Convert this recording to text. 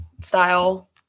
style